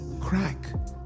Crack